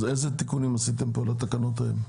אז איזה תיקונים עשיתם פה לתקנות האלה?